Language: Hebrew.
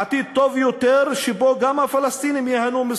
מאה אחוז.